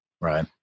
Right